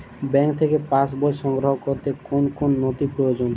Bank থেকে pass বই সংগ্রহ করতে কোন কোন নথি প্রয়োজন?